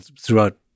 throughout